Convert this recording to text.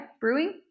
brewing